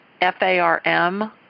F-A-R-M